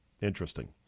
Interesting